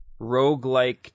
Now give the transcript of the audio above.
roguelike